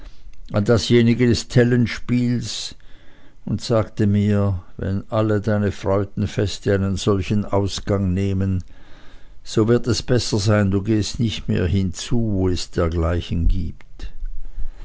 an dasjenige des tellenspieles und sagte mir wenn alle deine freudenfeste einen solchen ausgang nehmen so wird es besser sein du gehst nicht mehr hinzu wo es dergleichen gibt